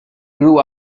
grew